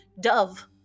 Dove